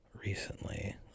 recently